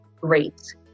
Great